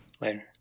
Later